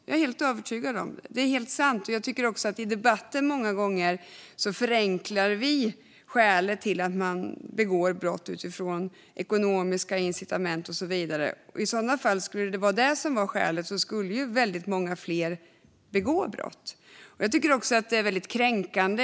Jag är helt övertygad om det. Det är helt sant. Jag tycker att vi i debatten många gånger förenklar skälet till att man begår brott utifrån ekonomiska incitament. Om det vore skälet skulle väldigt många fler begå brott. Jag tycker också att det är väldigt kränkande.